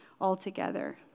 altogether